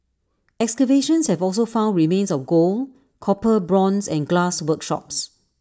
excavations have also found remains of gold copper bronze and glass workshops